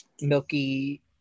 milky